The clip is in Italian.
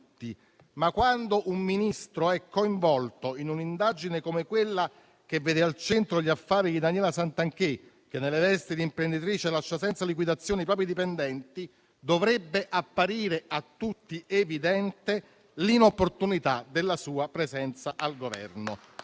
ma quando un Ministro è coinvolto in un'indagine come quella che vede al centro gli affari di Daniela Santanchè, che nelle vesti di imprenditrice lascia senza liquidazione i propri dipendenti, dovrebbe apparire a tutti evidente l'inopportunità della sua presenza al Governo